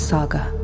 Saga